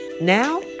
Now